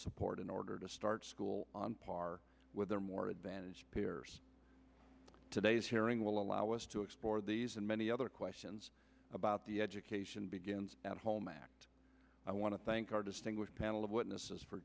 support in order to start school on par with their more advantaged peers today's hearing will allow us to explore these and any other questions about the education begins at home i want to thank our distinguished panel of witnesses for